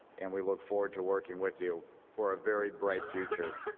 and we look forward to working with you for a very bright future.